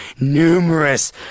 numerous